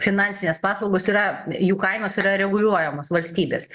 finansinės paslaugos yra jų kainos yra reguliuojamos valstybės